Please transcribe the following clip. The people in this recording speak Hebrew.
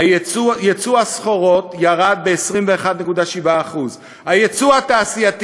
יצוא הסחורות ירד ב-21.7%; היצוא התעשייתי